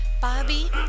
Bobby